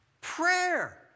Prayer